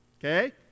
Okay